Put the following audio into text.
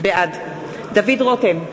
בעד דוד רותם,